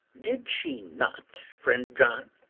did she not, friend john?